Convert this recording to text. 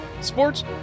sports